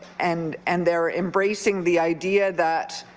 and and they're embracing the idea that,